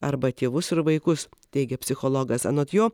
arba tėvus ir vaikus teigė psichologas anot jo